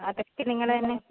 അതൊക്കെ നിങ്ങൾ തന്നെ